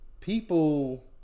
people